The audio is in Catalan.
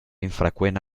infreqüent